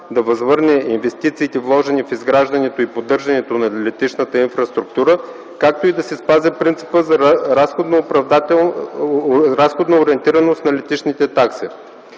да възвърне инвестициите, вложени в изграждането и поддържането на летищната инфраструктура, както и да се спази принципът за разходоориентираност на летищните такси.